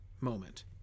moment